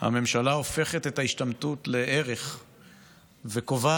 הממשלה הופכת את ההשתמטות לערך וקובעת